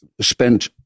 spent